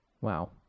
Wow